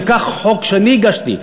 וכך חוק שאני הגשתי,